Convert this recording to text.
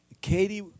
Katie